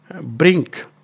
brink